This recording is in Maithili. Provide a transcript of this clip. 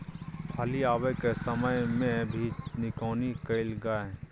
फली आबय के समय मे भी निकौनी कैल गाय?